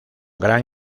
gran